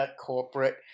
corporate